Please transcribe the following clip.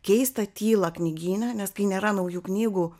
keistą tylą knygyne nes kai nėra naujų knygų